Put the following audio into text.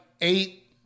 eight